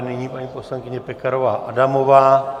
Nyní paní poslankyně Pekarová Adamová.